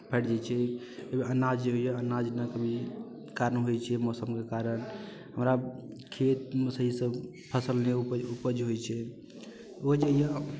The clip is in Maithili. फाटि जाइ छै ओहिमे अनाज जे होइए अनाज ने कभी कए नहि होइ छै मौसमके कारण हमरा खेतमे सहीसँ फसल नहि उपज होइ छै ओ जे यए